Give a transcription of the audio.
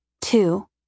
Two